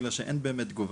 בגלל שאין באמת תגובה.